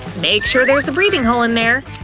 make sure there's a breathing hole in there!